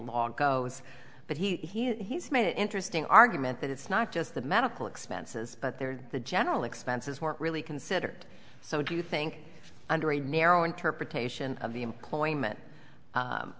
law goes but he's made it interesting argument that it's not just the medical expenses but they're the general expenses weren't really considered so do you think under a narrow interpretation of the employment